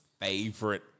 favorite